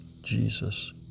Jesus